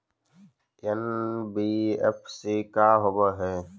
NBFC का होब?